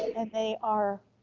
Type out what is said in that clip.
and they are